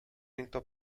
into